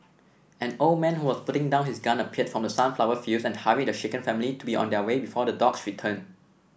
an old man who was putting down his gun appeared from the sunflower fields and hurried the shaken family to be on their way before the dogs return